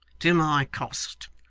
to my cost.